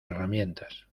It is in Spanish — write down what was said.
herramientas